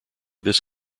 this